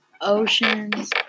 oceans